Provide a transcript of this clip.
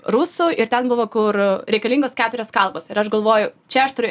rusų ir ten buvo kur reikalingos keturios kalbos ir aš galvoju čia aš turiu